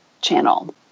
channel